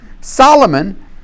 Solomon